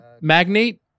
magnate